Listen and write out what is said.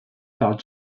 par